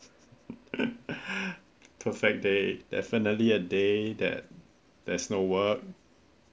perfect day definitely a day that there is no work